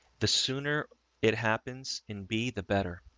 the sooner it happens in b the better